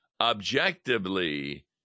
Objectively